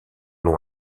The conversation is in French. nom